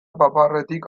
paparretik